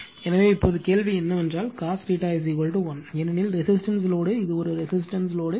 எனவே இப்போது கேள்வி என்னவென்றால் cos 1 ஏனெனில் ரெசிஸ்டன்ஸ் லோடு இது ஒரு ரெசிஸ்டன்ஸ் லோடு